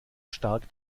stark